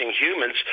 humans